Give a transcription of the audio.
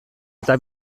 eta